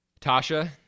Tasha